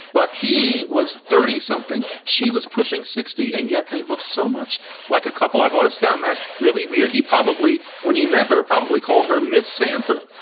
but he was thirty something. she was pushing sixty. and yet they looked so much like a couple. i've always found that really weird. he probably, when he met her, probably called her miss sanford.